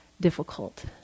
difficult